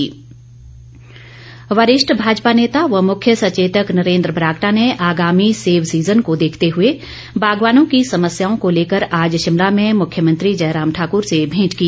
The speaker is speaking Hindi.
बरागटा वरिष्ठ भाजपा नेता व मुख्य सचेतक नरेन्द्र बरागटा ने आगामी सेब सीजन को देखते हुए बागवानों की समस्याओं को लेकर आज शिमला में मुख्यमंत्री जयराम ठाकूर से भेंट की